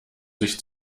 sich